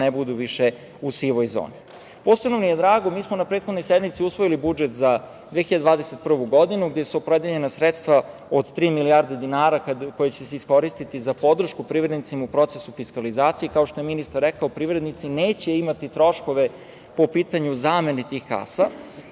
ne budu više u sivoj zoni. Posebno mi je drago što smo usvojili budžet za 2021. godinu, gde su opredeljena sredstva od tri milijarde dinara koje će se iskoristiti za podršku privrednicima u procesu fiskalizacije, kao što je ministar rekao – privrednici neće imati troškove po pitanju zamene tih kasa. Meni